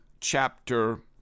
chapter